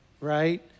right